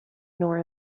nor